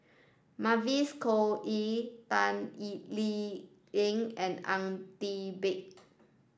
Mavis Khoo Oei Ban Lee Leng and Ang Teck Bee